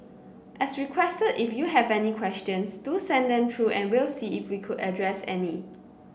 as requested if you have any questions do send them through and we'll see if they could address any